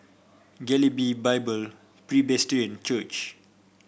Galilee Bible Presbyterian Church